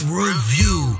review